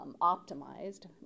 optimized